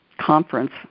conference